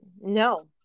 No